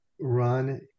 run